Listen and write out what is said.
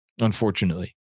unfortunately